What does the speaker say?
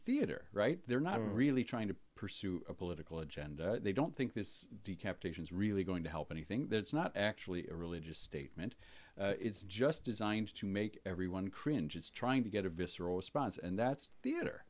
theater right they're not really trying to pursue a political agenda they don't think this decamped actions really going to help anything that's not actually a religious statement it's just designed to make everyone cringe it's trying to get a visceral response and that's the